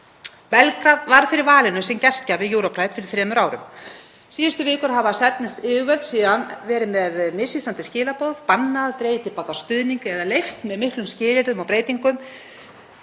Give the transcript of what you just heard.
Belgrad varð fyrir valinu sem gestgjafi EuroPride fyrir þremur árum. Síðustu vikur hafa serbnesk yfirvöld síðan verið með misvísandi skilaboð; bannað, dregið til baka stuðning eða leyft með miklum skilyrðum og breytingum